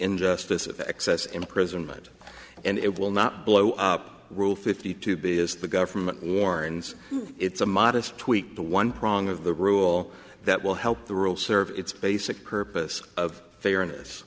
injustice of excess imprisonment and it will not blow up rule fifty two b is the government warns it's a modest tweak the one prong of the rule that will help the rule serve its basic purpose of fairness